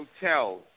Hotel